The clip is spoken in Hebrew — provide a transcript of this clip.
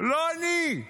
לא אני,